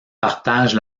partagent